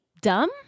dumb